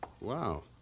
Wow